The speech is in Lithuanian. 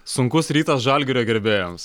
sunkus rytas žalgirio gerbėjams